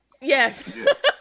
Yes